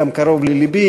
גם קרוב ללבי.